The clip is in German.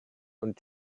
und